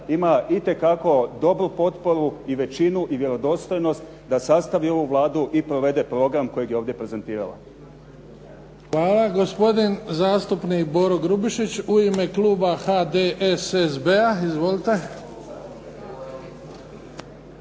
ima itekako dobru potporu, većinu i vjerodostojnost da sastavi ovu Vladu i provede program koji je ovdje prezentirala. **Bebić, Luka (HDZ)** Hvala. Gospodin zastupnik Boro Grubišić u ime kluba HDSSB-a. Izvolite.